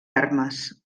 armes